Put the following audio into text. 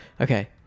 Okay